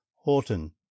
Horton